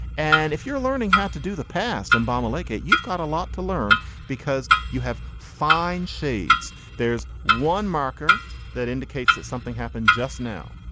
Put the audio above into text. and if you're learning how to do the past and but um like imbonerakure, you've got a lot to learn because you have fine shades. there's one marker that indicates that something happened just now.